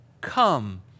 Come